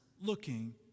looking